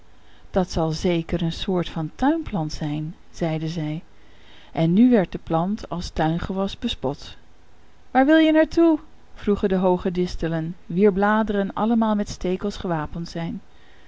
dat zal zeker een soort van tuinplant zijn zeiden zij en nu werd de plant als tuingewas bespot waar wil je naar toe vroegen de hooge distelen wier bladeren allemaal met stekels gewapend zijn